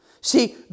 See